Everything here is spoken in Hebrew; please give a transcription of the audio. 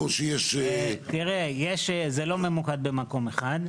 זה לא ממוקד במקום אחד.